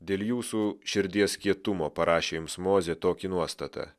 dėl jūsų širdies kietumo parašė jums mozė tokį nuostatą